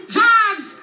jobs